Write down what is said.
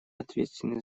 ответственны